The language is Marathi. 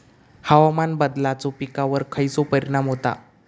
हवामान बदलाचो पिकावर खयचो परिणाम होता?